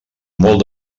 molt